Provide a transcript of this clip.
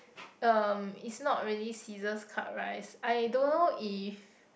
um it's not really scissors cut rice I don't know if